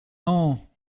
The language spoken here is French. non